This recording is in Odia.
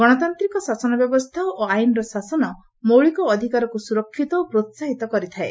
ଗଣତାନ୍ତିକ ଶାସନ ବ୍ୟବସ୍ଥା ଓ ଆଇନ୍ର ଶାସନ ମୌଳିକ ଅଧିକାରକୁ ସୁରକ୍ଷିତ ଓ ପ୍ରୋସାହିତ କରିଥାଏ